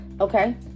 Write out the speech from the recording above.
okay